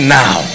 now